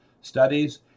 studies